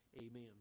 Amen